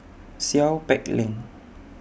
Seow Peck Leng